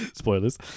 Spoilers